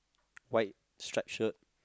white stripe shirt